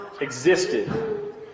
existed